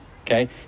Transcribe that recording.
okay